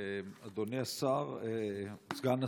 אדוני סגן השר,